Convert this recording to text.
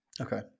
Okay